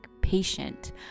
patient